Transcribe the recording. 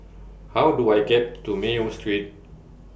How Do I get to Mayo Street